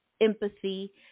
empathy